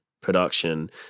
production